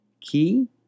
key